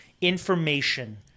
information